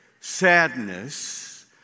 sadness